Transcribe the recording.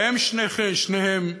והם, שניהם,